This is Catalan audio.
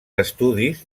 estudis